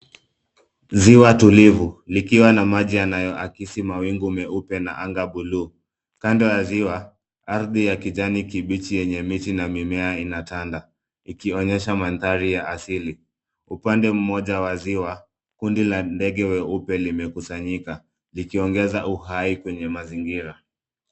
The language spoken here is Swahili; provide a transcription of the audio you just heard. Ziwa tulivu likiwa na maji yanayo akisi mawingu meupe na anga buluu. kando ya ziwa ardhi ya kijani kibichi yenye miti na mimea inatanda, ikionyesha mandhari ya asili. Upande Mmoja wa ziwa kundi la ndege weupe limekusanyika likiongeza uhai kwenye mazingira.